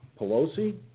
Pelosi